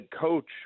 coach